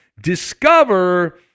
Discover